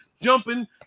jumping